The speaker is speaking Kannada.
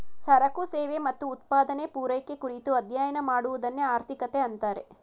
ಸರಕು ಸೇವೆ ಮತ್ತು ಉತ್ಪಾದನೆ, ಪೂರೈಕೆ ಕುರಿತು ಅಧ್ಯಯನ ಮಾಡುವದನ್ನೆ ಆರ್ಥಿಕತೆ ಅಂತಾರೆ